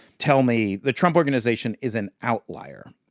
tell me the trump organization is an outlier.